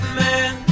man